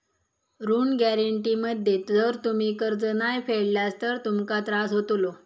ऋण गॅरेंटी मध्ये जर तुम्ही कर्ज नाय फेडलास तर तुमका त्रास होतलो